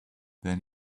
then